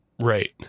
Right